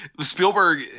Spielberg